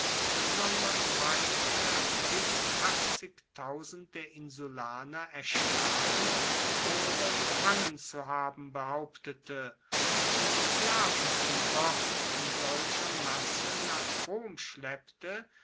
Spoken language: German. sondern weil er bis der insulaner erschlagen oder gefangen zu haben behauptete und sklaven von dort in solcher masse nach rom schleppte